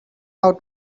how